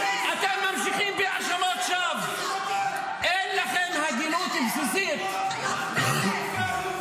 --- חבורה פחדנית ועלובה.